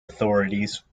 authorities